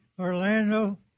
Orlando